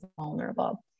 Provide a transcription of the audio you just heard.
vulnerable